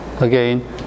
again